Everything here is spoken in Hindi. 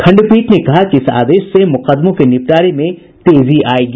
खंडपीठ ने कहा कि इस आदेश से मुकदमों के निपटारे में तेजी आयेगी